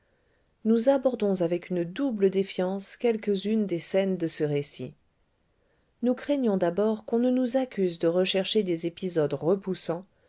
nous abordons avec une double défiance quelques-unes des scènes de ce récit nous craignons d'abord qu'on ne nous accuse de rechercher des épisodes repoussants